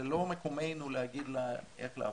זה לא מקומנו להגיד לה איך לעבוד.